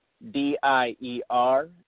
D-I-E-R